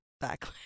back